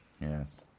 Yes